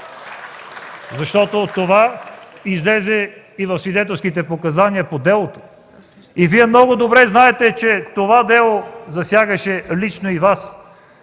от КБ.) Това излезе в свидетелските показания по делото. Вие много добре знаете, че това дело засягаше лично и Вас.